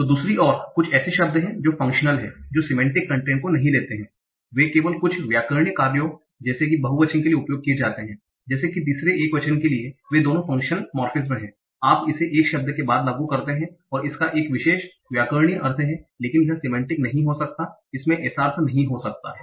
तो दूसरी ओर कुछ ऐसे शब्द हैं जो फांकश्नल हैं जो सेमेंटीक कंटेंट को नहीं लेते हैं वे केवल कुछ व्याकरणिक कार्यों जैसे कि बहुवचन के लिए उपयोग किए जाते हैं जैसे कि तीसरे एकवचन के लिए वे दोनों फांकश्नल मोर्फेमस हैं आप इसे एक शब्द के बाद लागू करते हैं और इसका एक विशेष व्याकरणिक अर्थ है लेकिन यह सेमेंटीक नहीं हो सकता है इसमें ऐसा अर्थ नहीं हो सकता है